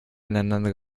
ineinander